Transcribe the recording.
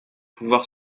pouvoir